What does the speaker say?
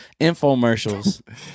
infomercials